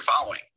following